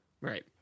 right